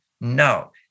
No